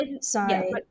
Sorry